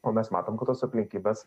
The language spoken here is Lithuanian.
o mes matom kad tos aplinkybės